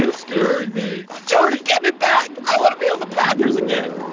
and scaring me! jordy! get me back. i want to be on the packers again!